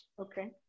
Okay